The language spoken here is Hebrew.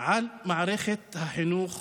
על מערכת החינוך